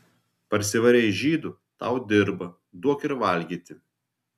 parsivarei žydų tau dirba duok ir valgyti